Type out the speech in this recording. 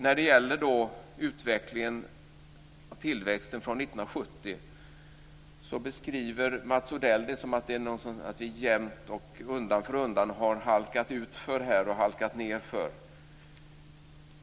När det gäller utvecklingen av tillväxten från 1970 beskriver Mats Odell den som att vi undan för undan har halkat utför och nedför.